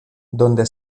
donde